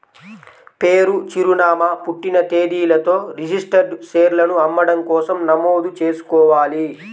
పేరు, చిరునామా, పుట్టిన తేదీలతో రిజిస్టర్డ్ షేర్లను అమ్మడం కోసం నమోదు చేసుకోవాలి